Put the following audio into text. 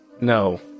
No